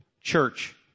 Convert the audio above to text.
church